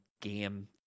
game